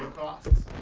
costs.